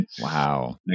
wow